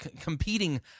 competing